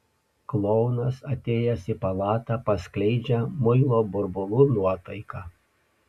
klounas atėjęs į palatą paskleidžia muilo burbulų nuotaiką